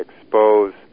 expose